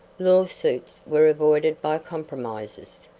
lawsuits were avoided by compromises.